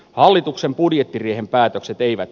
hallituksen budjettiriihen päätökset eivät